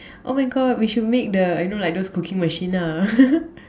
oh my God we should make the you know like those cooking machine lah